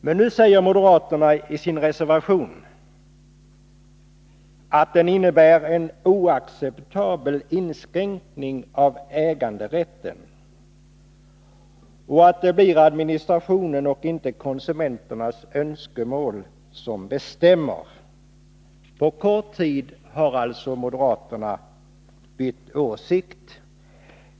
Men nu säger moderaterna i sin reservation att den innebär en oacceptabel inskränkning av äganderätten och att det blir administrationen och inte konsumenternas önskemål som avgör. På kort tid har alltså moderaterna bytt åsikt.